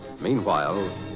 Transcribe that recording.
Meanwhile